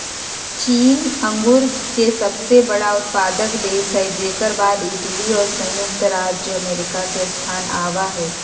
चीन अंगूर के सबसे बड़ा उत्पादक देश हई जेकर बाद इटली और संयुक्त राज्य अमेरिका के स्थान आवा हई